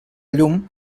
llum